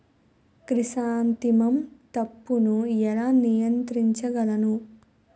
Chrysanthemum తప్పును ఎలా నియంత్రించగలను?